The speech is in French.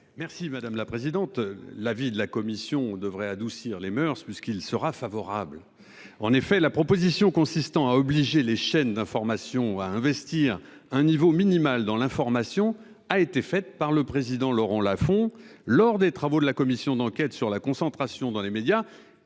l'avis de la commission ? L'avis de la commission devrait adoucir les moeurs, puisqu'il sera favorable. La proposition consistant à obliger les chaînes d'information à investir à un niveau minimal dans l'information a été faite par le président Laurent Lafon lors des travaux de la commission d'enquête sur la concentration dans les médias.